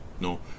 No